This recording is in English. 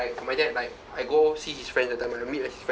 my dad like I go see his friends that time I go meet his friends